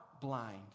blind